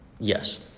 Yes